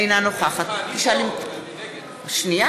אינה נוכחת אני פה ואני נגד.